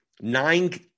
nine